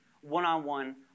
one-on-one